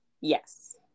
Yes